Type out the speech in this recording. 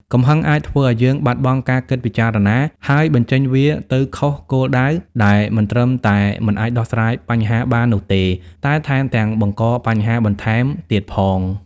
កំហឹងអាចធ្វើឲ្យយើងបាត់បង់ការគិតពិចារណា ហើយបញ្ចេញវាទៅខុសគោលដៅ ដែលមិនត្រឹមតែមិនអាចដោះស្រាយបញ្ហាបាននោះទេ តែថែមទាំងបង្កបញ្ហាបន្ថែមទៀតផង។